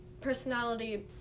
personality